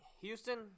Houston